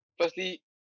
Firstly